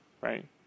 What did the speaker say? right